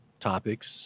topics